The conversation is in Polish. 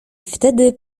wtedy